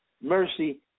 mercy